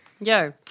Yo